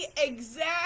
exact